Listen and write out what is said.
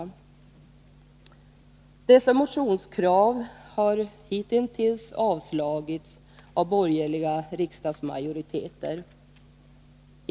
Dessa motionskrav har hitintills avslagits av borgerliga riksdagsmajoriteter.